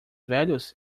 velhos